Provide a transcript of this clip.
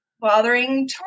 bothering